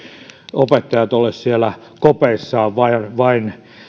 opettajat ole siellä kopeissaan vain